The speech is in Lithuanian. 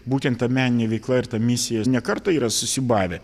būtent ta meninė veikla ir ta misija ne kartą yra susiūbavę